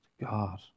God